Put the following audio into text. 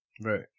Right